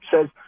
says